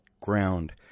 ground